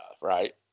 right